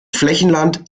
flächenland